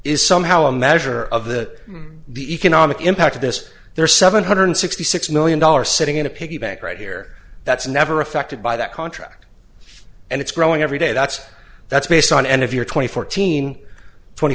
is somehow a measure of the the economic impact of this there are seven hundred sixty six million dollars sitting in a piggy bank right here that's never affected by that contract and it's growing every day that's that's based on and if you're twenty fourteen twenty